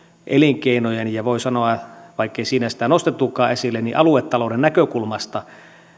elinkeinojen ja voi sanoa vaikkei siinä sitä nostettukaan esille aluetalouden näkökulmasta